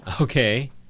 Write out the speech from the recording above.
Okay